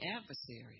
adversaries